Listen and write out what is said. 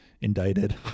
indicted